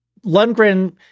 Lundgren